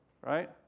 right